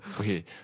Okay